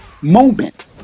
moment